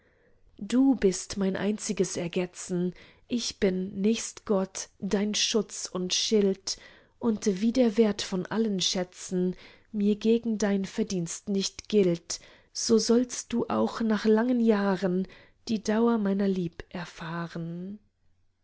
du bist mein einziges ergetzen ich bin nächst gott dein schutz und schild und wie der wert von allen schätzen mir gegen dein verdienst nicht gilt so sollst du auch nach langen jahren die dauer meiner lieb erfahren